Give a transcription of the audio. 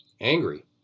angry